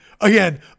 again